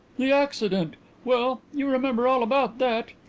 the accident well, you remember all about that.